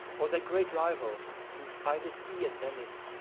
or their great rival, who, by the sea at venice,